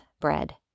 bread